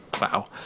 wow